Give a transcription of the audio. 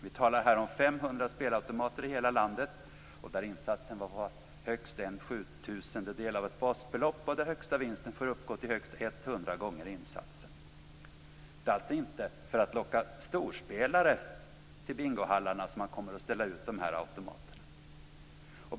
Vi talar här om 500 spelautomater i hela landet där insatsen får vara högst en sjutusendel av ett basbelopp och där högsta vinsten får uppgå till högst etthundra gånger insatsen. Det är alltså inte för att locka storspelare till bingohallarna som man kommer att ställa ut dessa automater.